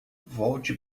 volte